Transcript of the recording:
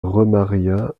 remaria